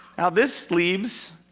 now this leaves